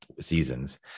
seasons